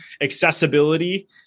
accessibility